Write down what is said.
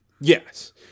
Yes